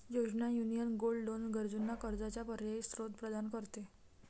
योजना, union gold loan गरजूंना कर्जाचा पर्यायी स्त्रोत प्रदान करते